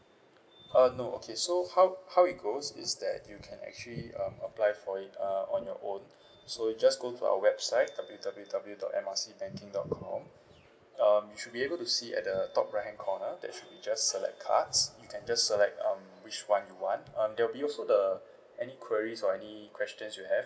uh no okay so how how it goes is that you can actually um apply for it uh on your own so just go to our website W_W_W dot M R C banking dot com um you should be able to see at the top righthand corner that should be just select cards you can just select um which one you want um there'll be also the any queries or any questions you have